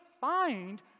find